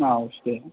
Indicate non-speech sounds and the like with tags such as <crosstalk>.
<unintelligible>